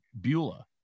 Beulah